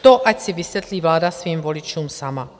To ať si vysvětlí vláda svým voličům sama.